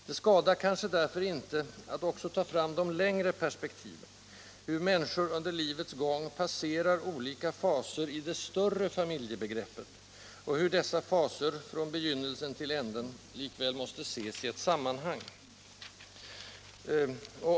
Det skadar därför inte att också ta fram de längre perspektiven — hur människor under livets gång passerar olika faser i det större ”familje”-begreppet och hur dessa faser, från begynnelsen till änden, likväl måste ses i ett sammanhang.